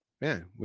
man